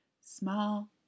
small